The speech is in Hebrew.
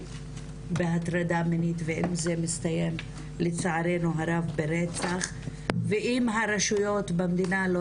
בהטרדה מינית ואם זה מסתיים לצערנו הרבה ברצח ואם הרשויות במדינה לא